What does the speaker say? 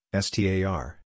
STAR